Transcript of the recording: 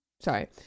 sorry